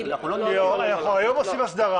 אנחנו היום עושים הסדרה.